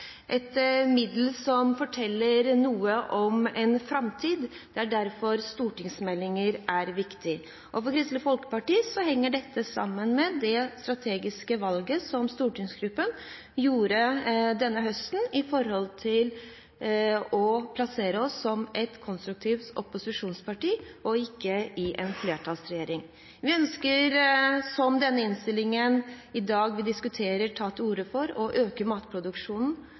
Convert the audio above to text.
et viktig middel, et middel som forteller noe om en framtid. Det er derfor stortingsmeldinger er viktige. For Kristelig Folkeparti henger dette sammen med det strategiske valget som stortingsgruppen gjorde denne høsten ved å plassere oss som et konstruktivt opposisjonsparti og ikke i en flertallsregjering. Vi ønsker, som den innstillingen vi i dag diskuterer, tar til orde for, å øke matproduksjonen,